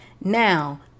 Now